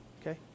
okay